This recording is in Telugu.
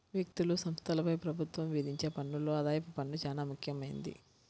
వ్యక్తులు, సంస్థలపై ప్రభుత్వం విధించే పన్నుల్లో ఆదాయపు పన్ను చానా ముఖ్యమైంది